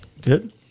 good